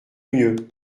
mieux